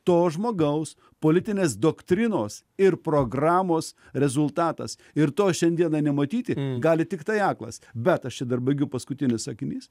to žmogaus politinės doktrinos ir programos rezultatas ir to šiandieną nematyti gali tiktai aklas bet aš čia dar baigiu paskutinis sakinys